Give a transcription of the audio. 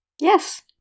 Yes